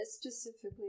specifically